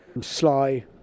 sly